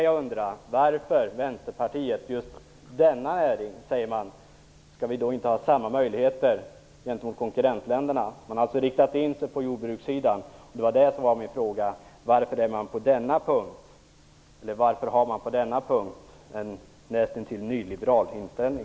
Jag undrar varför Vänsterpartiet säger att just denna näring inte skall ha samma möjligheter som i konkurrentländerna. Man har alltså riktat in sig på jordbrukssidan. Min fråga var: Varför har man på denna punkt en nästintill nyliberal inställning?